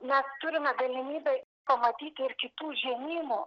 mes turime galimybę pamatyti ir kitų žemynų